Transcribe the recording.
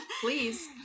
please